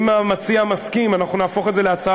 אם המציע מסכים אנחנו נהפוך את זה להצעה